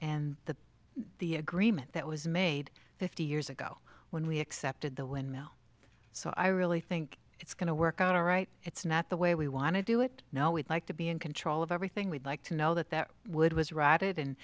and the the agreement that was made fifty years ago when we accepted the windmill so i really think it's going to work out all right it's not the way we want to do it now we'd like to be in control of everything we'd like to know that that would was ra